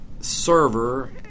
server